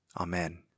Amen